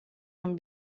non